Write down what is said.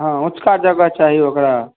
हँ उचका जगह चाही ओकरा